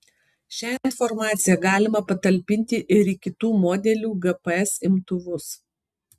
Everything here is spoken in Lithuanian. šią informaciją galima patalpinti ir į kitų modelių gps imtuvus